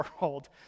world